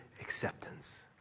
acceptance